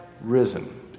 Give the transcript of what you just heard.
risen